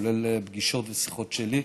כולל פגישות ושיחות שלי,